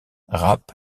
rap